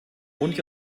und